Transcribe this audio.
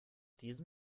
diesem